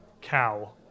cow